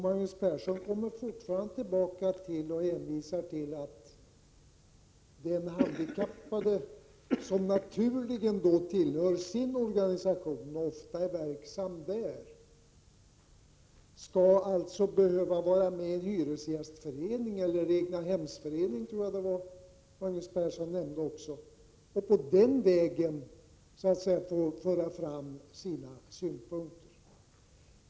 Magnus Persson kommer fortfarande tillbaka till att den handikappade, som naturligen tillhör sin organisation och ofta är verksam där, skall behöva vara med i en hyresgästförening — eller egnahemsförening, tror jag Magnus Persson också nämnde -— för att på den vägen föra fram sina synpunkter.